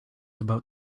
about